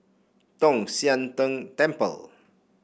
Tong Sian Tng Temple